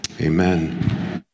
amen